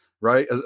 right